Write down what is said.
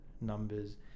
numbers